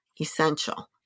essential